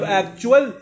actual